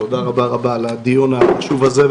תודה רבה על הדיון החשוב הזה,